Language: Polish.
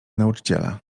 nauczyciela